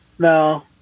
No